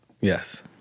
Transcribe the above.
Yes